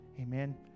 Amen